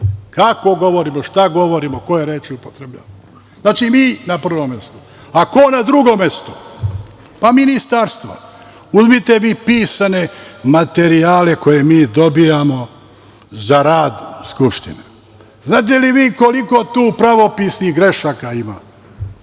kako govorimo, šta govorimo, koje reči upotrebljavamo. Znači, mi na prvom mestu. A ko na drugom mestu? Ministarstva. Uzmite vi pisane materijale koje mi dobijamo za rad Skupštine. Znate li vi koliko tu pravopisnih grešaka ima?